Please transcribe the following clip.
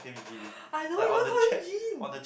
I don't even call you Gene